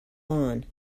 lawn